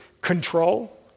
control